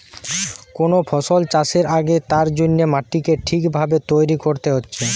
কোন ফসল চাষের আগে তার জন্যে মাটিকে ঠিক ভাবে তৈরী কোরতে হচ্ছে